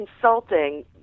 consulting